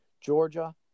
Georgia